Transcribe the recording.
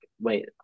wait